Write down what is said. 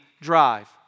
drive